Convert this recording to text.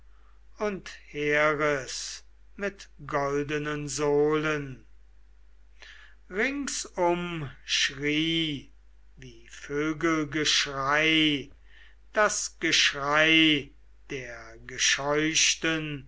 und heres mit goldenen sohlen ringsum schrie wie vögelgeschrei das geschrei der gescheuchten